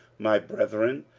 my brethren,